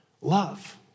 Love